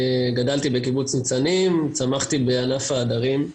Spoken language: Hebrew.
גדלתי בקיבוץ ניצנים, צמחתי בענף ההדרים,